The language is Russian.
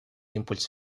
импульс